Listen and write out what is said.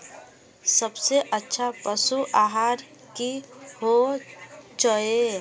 सबसे अच्छा पशु आहार की होचए?